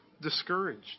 discouraged